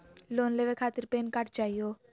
Loan लेवे खातीर PAN card चाहियो?